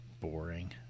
boring